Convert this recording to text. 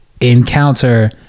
encounter